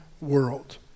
world